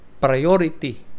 priority